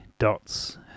dots